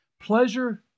Pleasure